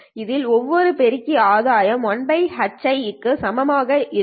இதில் ஒவ்வொரு பெருக்கி ஆதாயம் 1Hi க்கு சமம் ஆகும்